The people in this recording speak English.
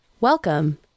Welcome